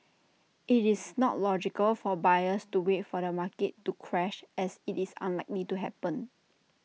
IT is not logical for buyers to wait for the market to crash as IT is unlikely to happen